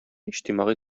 иҗтимагый